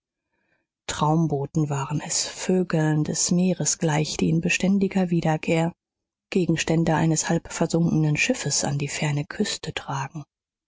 traumboten waren es vögeln des meeres gleich die in beständiger wiederkehr gegenstände eines halbversunkenen schiffes an die ferne küste tragen